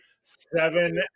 Seven